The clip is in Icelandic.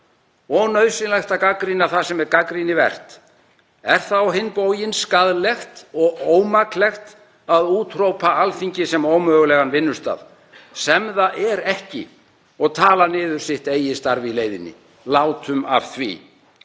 og nauðsynlegt að gagnrýna það sem er gagnrýnivert er það á hinn bóginn skaðlegt og ómaklegt að úthrópa Alþingi sem ómögulegan vinnustað, sem það er ekki, og tala niður sitt eigið starf í leiðinni. Látum af því.